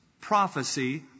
prophecy